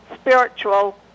spiritual